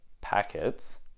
packets